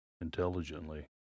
intelligently